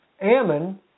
Ammon